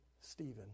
Stephen